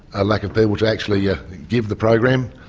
a lack of people to actually yeah give the program.